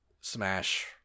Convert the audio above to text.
Smash